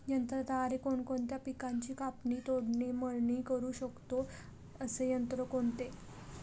यंत्राद्वारे कोणकोणत्या पिकांची कापणी, तोडणी, मळणी करु शकतो, असे यंत्र कोणते?